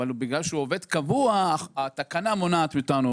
אבל בגלל שהוא עובד קבוע התקנה מונעת מאיתנו,